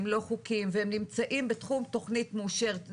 שהם לא חוקיים והם נמצאים בתחום תכנית מאושרת,